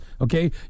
Okay